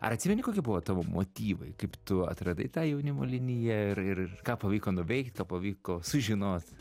ar atsimeni kokie buvo tavo motyvai kaip tu atradai tą jaunimo liniją ir ir ką pavyko nuveikt pavyko sužinot